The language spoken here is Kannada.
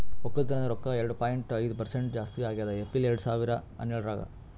ಒಕ್ಕಲತನದ್ ರೊಕ್ಕ ಎರಡು ಪಾಯಿಂಟ್ ಐದು ಪರಸೆಂಟ್ ಜಾಸ್ತಿ ಆಗ್ಯದ್ ಏಪ್ರಿಲ್ ಎರಡು ಸಾವಿರ ಹನ್ನೆರಡರಾಗ್